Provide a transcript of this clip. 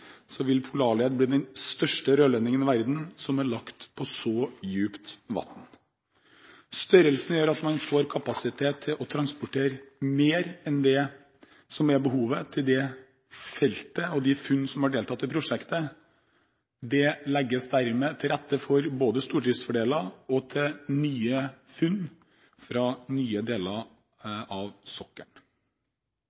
vil Polarled bli den største rørledningen i verden som er lagt på så dypt vann. Størrelsen gjør at man får kapasitet til å transportere mer enn det som er behovet, til det felt og de funn som har deltatt i prosjektet. Det legges dermed til rette for både stordriftsfordeler og nye funn fra nye deler